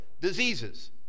diseases